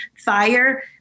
Fire